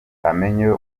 amenye